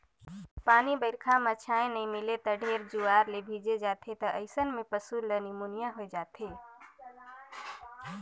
पानी बइरखा में छाँय नइ मिले त ढेरे जुआर ले भीजे जाथें त अइसन में पसु ल निमोनिया होय जाथे